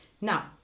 Now